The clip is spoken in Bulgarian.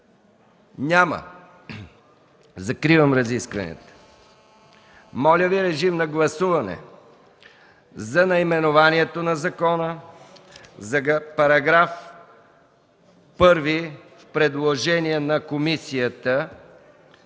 Няма. Закривам разискванията. Режим на гласуване на наименованието на закона, за § 1 – предложение на комисията,